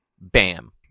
Bam